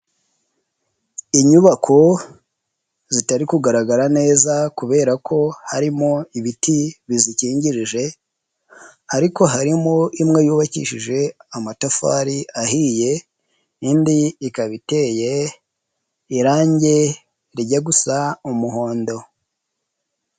Inyubako zitari kugaragara neza kubera ko harimo ibiti bizikingirije, ariko harimo imwe yubakishije amatafari ahiye, indi ikaba iteye irangi rijya gusa umuhondo.